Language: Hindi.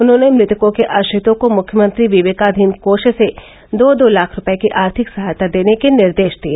उन्होंने मृतकों के आश्रितों को मुख्यमंत्री विवेकाधीन कोष से दो दो लाख रूपए की आर्थिक सहायता देने के निर्देश दिए